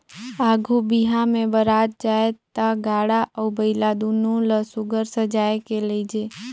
आघु बिहा मे बरात जाए ता गाड़ा अउ बइला दुनो ल सुग्घर सजाए के लेइजे